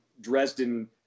Dresden